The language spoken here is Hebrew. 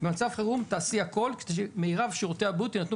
במצב חירום תעשי הכול כדי שמרב שירותי הבריאות יינתנו